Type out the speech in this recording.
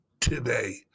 today